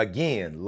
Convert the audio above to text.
Again